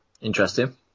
interesting